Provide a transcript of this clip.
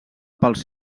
pels